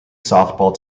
softball